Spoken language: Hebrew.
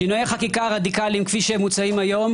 שינויי חקיקה רדיקליים כפי שמוצעים היום,